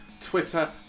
Twitter